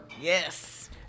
Yes